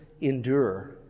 endure